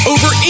Over